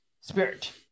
spirit